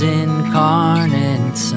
incarnate